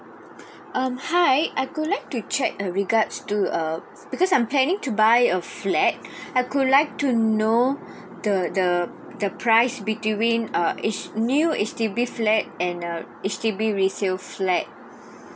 uh hi I would like to check uh regards to uh because I'm planning to buy a flat I would like to know the the the price between uh H new H_D_B flat and err H_D_B resale flat ah